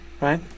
Right